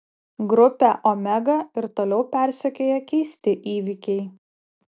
grupę omega ir toliau persekioja keisti įvykiai